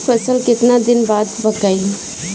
फसल केतना दिन बाद विकाई?